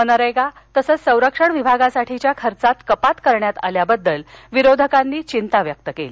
मनरेगा तसंच संरक्षण विभागासाठीच्या खर्चात कपात करण्यात आल्याबद्दल विरोधकांनी यिंता व्यक्त केली